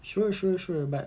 sure sure sure but